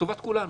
לטובת כולנו,